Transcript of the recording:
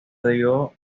debió